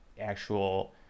actual